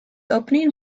opening